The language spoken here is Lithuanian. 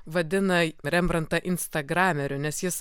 vadina rembrantą instagrameriu nes jis